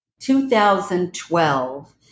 2012